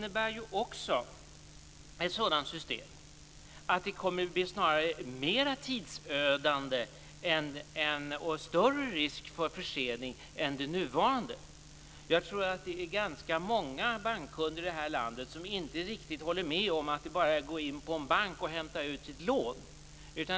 Ett sådant system blir ju snarare mer tidsödande och innebär en större risk för förseningar än det nuvarande. Jag tror att det är ganska många bankkunder i det här landet som inte riktigt håller med om att det bara är att gå in på en bank och hämta ut sitt lån.